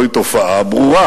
זוהי תופעה ברורה.